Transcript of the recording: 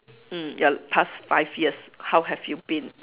mm your past five years how have you been mm